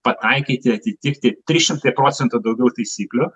pataikyti atitikti trys šimtai procentų daugiau taisyklių